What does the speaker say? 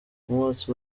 umwotsi